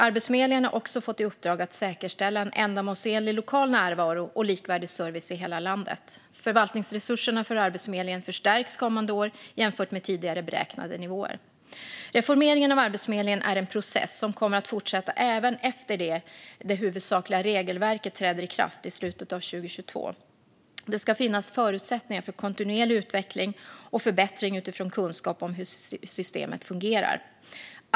Arbetsförmedlingen har också fått i uppdrag att säkerställa en ändamålsenlig lokal närvaro och likvärdig service i hela landet. Förvaltningsresurserna för Arbetsförmedlingen förstärks kommande år jämfört med tidigare beräknade nivåer. Reformeringen av Arbetsförmedlingen är en process som kommer att fortsätta även efter att det huvudsakliga regelverket träder i kraft i slutet av 2022. Det ska finnas förutsättningar för kontinuerlig utveckling och förbättring utifrån kunskap om hur systemet fungerar.